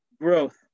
growth